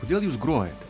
kodėl jūs grojate